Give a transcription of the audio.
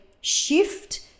shift